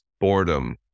boredom